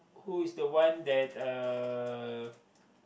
who is the one that uh